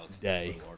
day